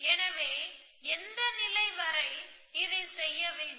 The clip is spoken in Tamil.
எனவே எந்த நிலை வரை இதை செய்ய வேண்டும்